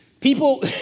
People